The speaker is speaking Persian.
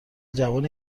جوان